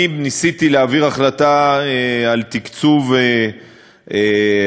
אני ניסיתי להעביר החלטה על תקצוב יישום